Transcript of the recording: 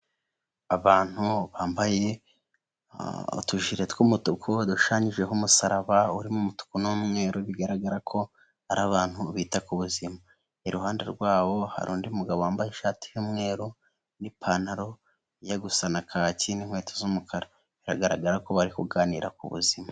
Abantu bambaye utujire tw'umutuku dushushanyijeho umusaraba urimo umutuku n'umweru, bigaragara ko ari abantu bita ku buzima. Iruhande rwabo hari undi mugabo wambaye ishati y'umweru n'ipantaro ijya gusa na kaki n'inkweto z'umukara, biragaragara ko bari kuganira ku buzima.